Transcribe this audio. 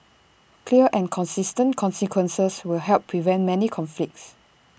clear and consistent consequences will help prevent many conflicts